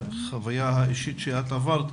בחוויה האישית שאת עברת.